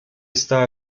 está